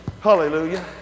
Hallelujah